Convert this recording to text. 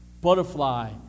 butterfly